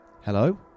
Hello